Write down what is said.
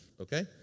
okay